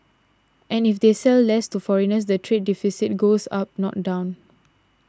and if they sell less to foreigners the trade deficit goes up not down